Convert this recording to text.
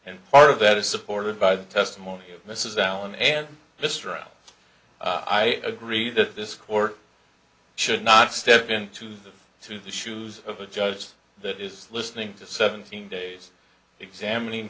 and part of that is supported by the testimony of mrs allen and mr l i agree that this court should not step in to the to the shoes of a judge that is listening to seventeen days examining